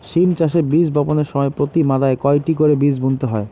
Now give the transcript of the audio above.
সিম চাষে বীজ বপনের সময় প্রতি মাদায় কয়টি করে বীজ বুনতে হয়?